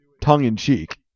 tongue-in-cheek